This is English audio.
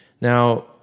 Now